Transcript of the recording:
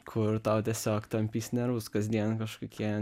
kur tau tiesiog tampys nervus kasdien kažkokie